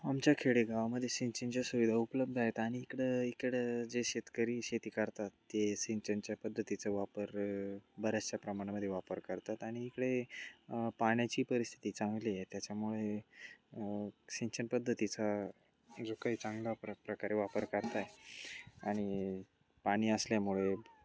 आमच्या खेडेगावामध्ये सिंचनाच्या सुविधा उपलब्ध आहेत आणि इकडं इकडं जे शेतकरी शेती करतात ते सिंचनाच्या पद्धतीचा वापर बऱ्याचशा प्रमाणामध्ये वापर करतात आणि इकडे पाण्याची परिस्थिती चांगली आहे त्याच्यामुळे सिंचन पद्धतीचा जो काही चांगला प्र प्रकारे वापर करत आहे आणि पाणी असल्यामुळे